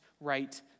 right